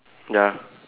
ya